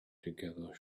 together